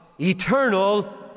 eternal